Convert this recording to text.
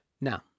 Now